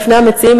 בפני המציעים,